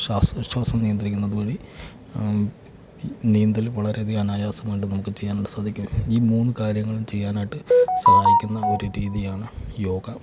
ശ്വാസോച്ഛ്വാസം നിയന്ത്രിക്കുന്നത് വഴി നീന്തല് വളരെയധികം അനായാസമായിട്ട് നമുക്ക് ചെയ്യാനായിട്ട് സാധിക്കും ഈ മൂന്ന് കാര്യങ്ങളും ചെയ്യാനായിട്ട് സാധിക്കുന്നൊരു രീതിയാണ് യോഗ